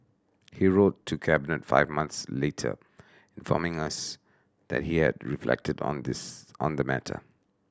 he wrote to Cabinet five months later informing us that he had reflected on this on the matter